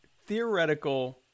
theoretical